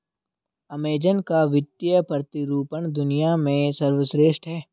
Amazon का वित्तीय प्रतिरूपण दुनिया में सर्वश्रेष्ठ है